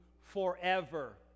forever